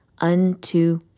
unto